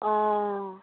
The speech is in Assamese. অঁ